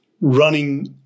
running